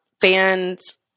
fans